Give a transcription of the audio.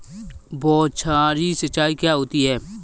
बौछारी सिंचाई क्या होती है?